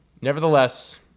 nevertheless